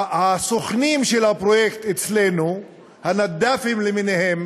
הסוכנים של הפרויקט אצלנו, הנדאפים למיניהם,